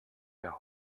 der